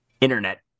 Internet